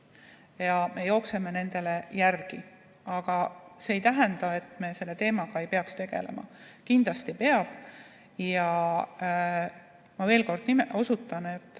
ja meie jookseme nendele järele. Aga see ei tähenda, et me selle teemaga ei peaks tegelema. Kindlasti peame. Ma veel kord osutan, et